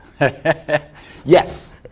Yes